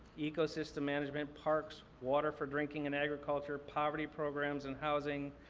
ecosystem management, parks, water for drinking and agriculture, poverty programs, and housing.